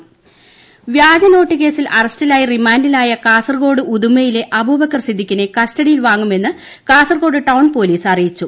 വ്യാജനോട്ട് വ്യാജനോട്ട് കേസിൽ അറസ്റ്റിലായി റിമാൻഡിലായ കാസർഗോഡ് ഉദുമയിലെ അബൂബക്കർ സിദ്ദിഖിനെ കസ്റ്റഡിയിൽ വാങ്ങുമെന്ന് കാസർഗോഡ് ഠൌൺ പൊലീസ് അറിയിച്ചു